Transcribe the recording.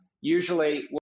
Usually